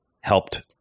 helped